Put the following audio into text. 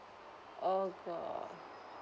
oh god